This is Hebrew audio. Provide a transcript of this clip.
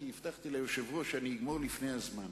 כי הבטחתי ליושב-ראש שאני אגמור לפני הזמן: